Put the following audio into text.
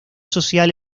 social